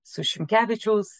su šimkevičiaus